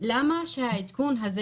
למה העדכון הזה,